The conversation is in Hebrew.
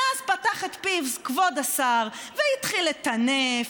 ואז פתח את פיו כבוד השר והתחיל לטנף,